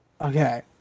okay